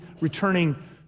returning